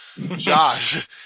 Josh